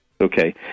Okay